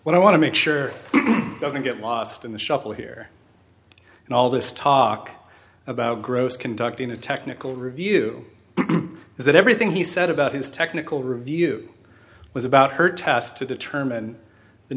what i want to make sure doesn't get lost in the shuffle here and all this talk about gross conducting a technical review is that everything he said about his technical review was about her test to determine the